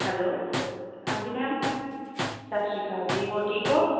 hello ਹਾਂਜੀ ma'am ਸਤਿ ਸ਼੍ਰੀ ਅਕਾਲ ਜੀ ਹੋਰ ਠੀਕ ਹੋ